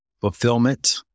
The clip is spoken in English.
fulfillment